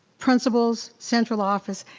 principals, central office,